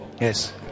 Yes